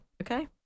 Okay